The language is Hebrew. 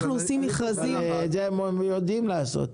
ואת זה הם יודעים לעשות.